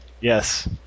Yes